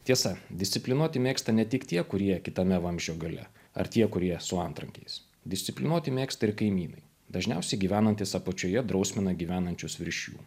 tiesa disciplinuoti mėgsta ne tik tie kurie kitame vamzdžio gale ar tie kurie su antrankiais disciplinuoti mėgsta ir kaimynai dažniausiai gyvenantys apačioje drausmina gyvenančius virš jų